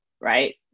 Right